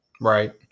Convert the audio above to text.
Right